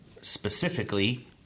Specifically